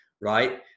Right